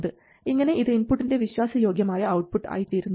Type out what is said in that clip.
ഇങ്ങനെ ഇത് ഇൻപുട്ടിൻറെ വിശ്വാസയോഗ്യമായ ഔട്ട്പുട്ട് ആയിത്തീരുന്നു